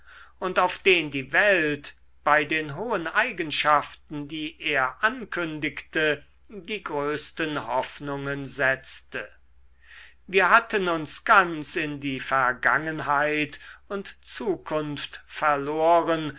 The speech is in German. und auf den die welt bei den hohen eigenschaften die er ankündigte die größten hoffnungen setzte wir hatten uns ganz in die vergangenheit und zukunft verloren